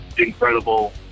incredible